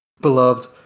beloved